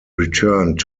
returned